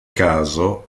caso